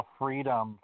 freedom